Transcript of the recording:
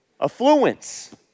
Affluence